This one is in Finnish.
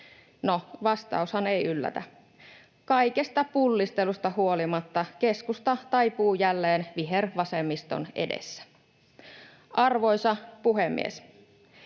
No, vastaushan ei yllätä. Kaikesta pullistelusta huolimatta keskusta taipuu jälleen vihervasemmiston edessä. Arvoisa puhemies!